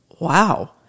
wow